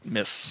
Miss